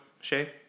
Shay